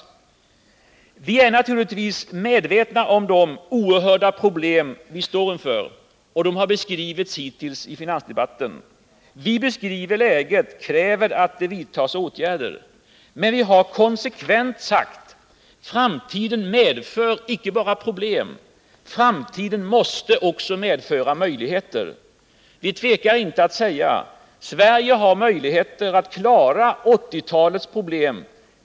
Vi är naturligtvis medvetna om de oerhörda problem som den svenska ekonomin står inför, och de har redovisats i anförandena hittills under finansdebatten. Vi beskriver läget och kräver att åtgärder vidtas. Men vi har konsekvent sagt: Framtiden medför inte bara problem, utan den måste också medföra möjligheter. Vi tvekar inte att säga: Sverige har möjligheter att klara 1980-talets problem.